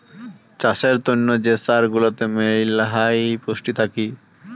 চাষের তন্ন যে সার গুলাতে মেলহাই পুষ্টি থাকি